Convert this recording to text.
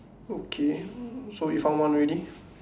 okay so we found one already